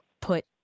put